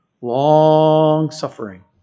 long-suffering